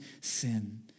sin